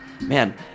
man